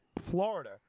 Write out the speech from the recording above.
Florida